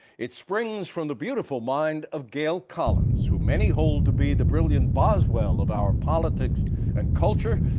it's springs from the beautiful mind of gail collins who many hold to be the brilliant boswell of our politics and culture.